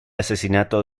asesinato